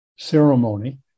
Ceremony